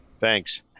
Thanks